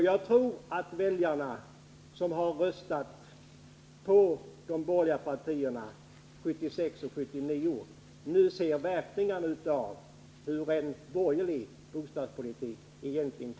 Jag tror att de väljare som röstade fram de borgerliga regeringarna 1976 och 1979 nu inser verkningarna av en borgerlig bostadspolitik.